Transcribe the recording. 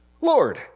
Lord